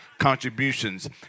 contributions